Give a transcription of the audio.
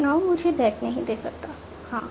pronoun मुझे that नहीं दे सकता हाँ